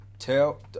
Tell